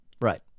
Right